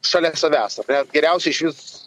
šalia savęs ar ne geriausia išvis